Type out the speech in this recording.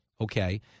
okay